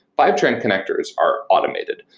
fivetran connectors are automated.